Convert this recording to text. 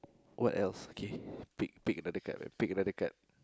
what else okay pick pick another card lah pick another card